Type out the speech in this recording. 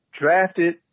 drafted